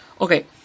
Okay